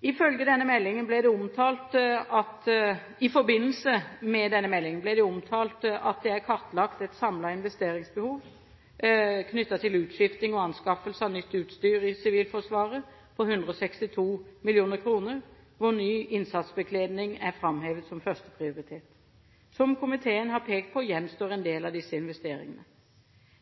I forbindelse med denne meldingen ble det omtalt at det er kartlagt et samlet investeringsbehov knyttet til utskifting og anskaffelse av nytt utstyr i Sivilforsvaret på 162 mill. kr, hvor ny innsatsbekledning er framhevet som førsteprioritet. Som komiteen har pekt på, gjenstår en del av disse investeringene.